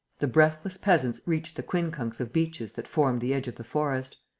the breathless peasants reached the quincunx of beeches that formed the edge of the forest.